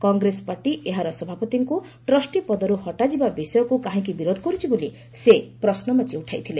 Congress party ଏହାର ସଭାପତିଙ୍କୁ trustee ପଦରୁ ହଟାଯିବା ବିଷୟକୁ କାହିଁକି ବିରୋଧ କରୁଛି ବୋଲି ସେ ପ୍ରଶ୍ନବାଚୀ ଉଠାଇଥିଲେ